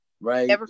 right